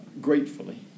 gratefully